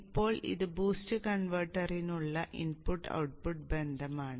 ഇപ്പോൾ ഇത് ബൂസ്റ്റ് കൺവെർട്ടറിനുള്ള ഇൻപുട്ട് ഔട്ട്പുട്ട് ബന്ധമാണ്